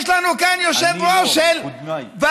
יש לנו כאן יושב-ראש של ועדה,